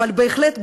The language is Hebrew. אבל בהחלט,